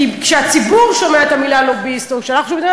מכיוון שבעבודה שלי כאן אני עוסקת בהרבה נושאים חברתיים,